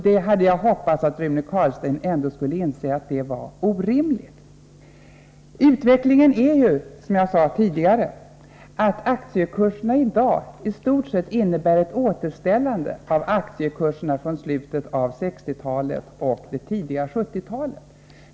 Jag hade hoppats att Rune Carlstein skulle inse det orimliga i detta. Utvecklingen är ju den, som jag redan nämnt, att aktiekurserna i stort sett innebär en återgång till aktiekurserna från slutet av 1960-talet och början av 1970-talet.